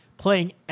Playing